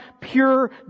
pure